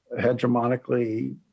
hegemonically